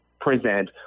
present